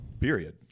period